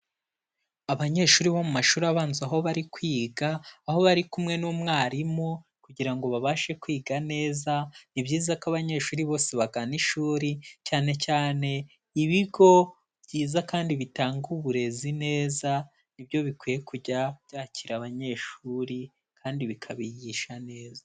Abanyeshuri bo mu mashuri abanza aho bari kwiga, aho bari kumwe n'umwarimu kugira ngo babashe kwiga neza, ni byiza ko abanyeshuri bose bagana ishuri, cyane cyane ibigo byiza kandi bitanga uburezi neza, ni byo bikwiye kujya byakira abanyeshuri kandi bikabigisha neza.